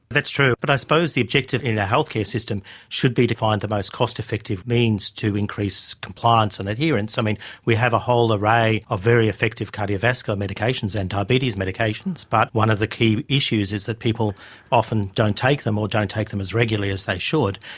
that's true, but i suppose the objective in the healthcare system should be to find the most cost-effective means to increase compliance and adherence. we have a whole array of very effective cardiovascular medications and diabetes medications, but one of the key issues is that people often don't take them or don't take them as regularly as they should,